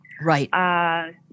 Right